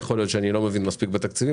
יכול להיות שאני לא מבין מספיק בתקציבים,